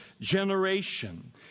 generation